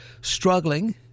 struggling